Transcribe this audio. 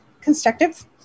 constructive